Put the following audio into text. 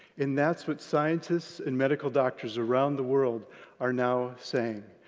and that's what scientists and medical doctors around the world are now saying,